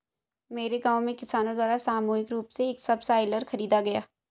मेरे गांव में किसानो द्वारा सामूहिक रूप से एक सबसॉइलर खरीदा गया